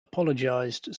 apologized